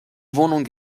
wohnung